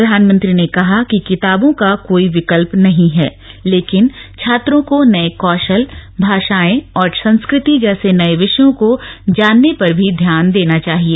प्रधानमंत्री ने कहा कि किताबों का कोई विकल्प नहीं है लेकिन छात्रों को नए कौशल भाषाएं और संस्कृति जैसे नए विषयों को जानने पर भी ध्यान देना चाहिए